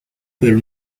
pero